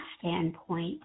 standpoint